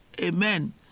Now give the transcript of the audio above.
amen